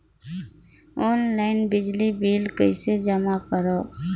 Online बिजली bill कइसे जमा करव?